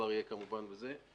את זה צריך להוסיף,